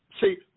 See